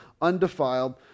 undefiled